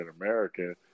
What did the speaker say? American